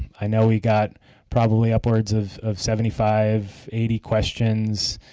i know we got probably upwards of of seventy five, eighty questions.